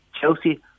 Chelsea